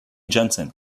janssen